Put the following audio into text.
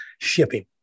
shipping